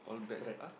correct